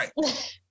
right